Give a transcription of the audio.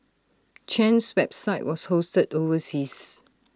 Chen's website was hosted overseas